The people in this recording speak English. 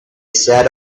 set